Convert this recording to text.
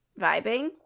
vibing